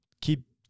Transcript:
keep